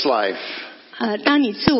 life